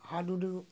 হাডুডু